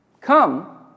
Come